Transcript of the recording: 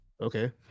Okay